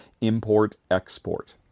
Import-export